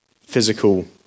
physical